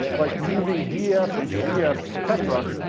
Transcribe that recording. like moving ds and cs, et cetera,